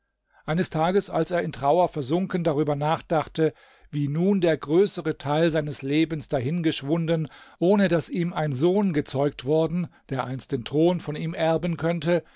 eines tages als er in trauer versunken darüber nachdachte wie nun der größere teil seines lebens dahingeschwunden ohne daß ihm ein sohn gezeugt worden der einst den thron von ihm erben könnte